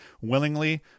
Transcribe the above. willingly